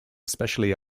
especially